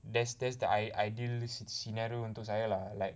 that's that's the idealist scenario untuk saya lah like